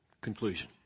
conclusion